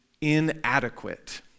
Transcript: inadequate